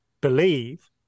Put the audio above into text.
believe